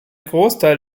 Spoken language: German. großteil